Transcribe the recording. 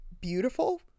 Beautiful